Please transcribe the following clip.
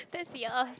that's yours